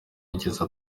yigeze